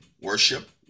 worship